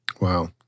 Wow